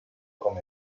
com